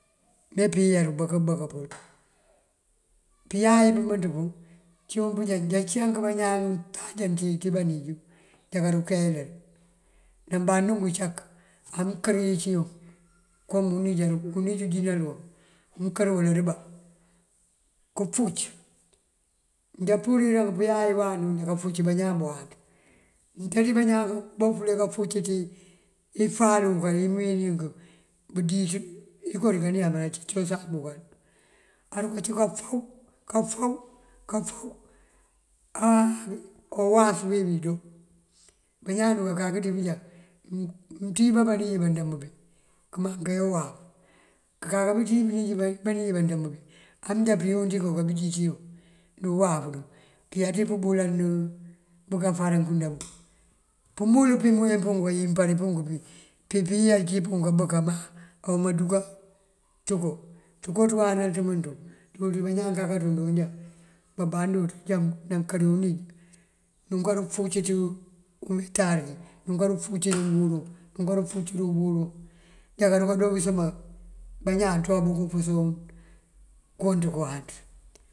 Epiyar këbëk këbëk pul pëyay pëmënţ puŋ cúun pëjá njá cíyank bañaan untáaja ţí banij njá kadukeeyëkër. Namband unk ucak amënkër yicu yuŋ kom unij aduka unij ujínal wuŋ amënkër wul aduka këfuc njá purirank pëyay wanu njá kafuc bañaan bawáanţ. Mëntee ţí bañaan bafule kafuc ţí ifal bukal yí mënwín yunk bëdíţ iko dika neeman ací cosan bukal. Arukací kafaw kafaw kafaw á awu waf bí nëndoo bí. Bañaan duka kak ţí pëjá mënţíj bá banij bandëmb bí këmaŋ pëyá ufaf këka bí ţíj banij bandëmb bí amënjá pëyunk iko kabí díţu dí uwaf duŋ këyá ţí pëbulan dí bëgá farankunda buŋ. Pëmul pí mëwín punk panyimpari punk duŋ kípëyiya cípunk kabëk abá awuma duka ţëko, ţëko ţëwanal ţëmënţ ţuŋ ţul ţí bañaan kakadoon bëjá baband buţ bëjá nankëri unij nunkaru fuc ţí umeetari nunkaru fuc dí uburu wuŋ nunkaru fuc dí uburu wuŋ. Njá karuka doobi sëma bañaan ţoobukun pësoon kunţ këwáanţ.